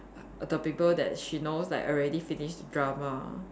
the people that she knows like already finish the drama